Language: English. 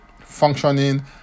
functioning